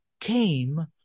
came